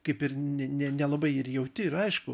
kaip ir ne ne nelabai ir jauti ir aišku